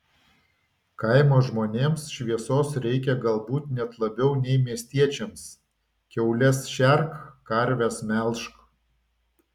kaimo žmonėms šviesos reikia galbūt net labiau nei miestiečiams kiaules šerk karves melžk